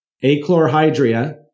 A-chlorhydria